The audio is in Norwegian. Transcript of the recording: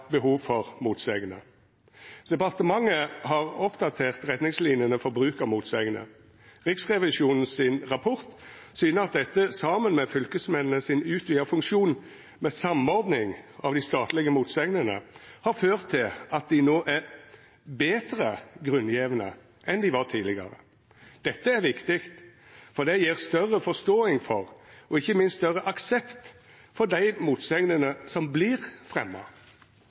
behov for motsegner. Departementet har oppdatert retningslinene for bruk av motsegner. Riksrevisjons rapport syner at dette, saman med den utvida funksjonen til fylkesmennene med samordning av dei statlege motsegnene, har ført til at dei no er betre grunngjevne enn dei var tidlegare. Dette er viktig, for det gjev større forståing og ikkje minst større aksept for dei motsegnene som